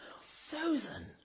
Susan